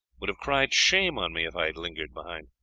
would have cried shame on me if i had lingered behind.